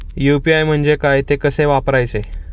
UPI म्हणजे काय, ते कसे वापरायचे?